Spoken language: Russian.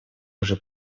уже